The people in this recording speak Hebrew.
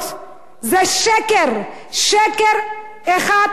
זה שקר, שקר אחד גדול.